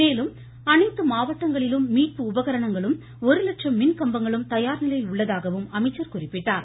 மேலும் அனைத்து மாவட்டங்களிலும் மீட்பு உபகரணங்களும் ஒருலட்சம் மின்கம்பங்களும் தயார் நிலையில் உள்ளதாகவும் அவர் குறிப்பிட்டார்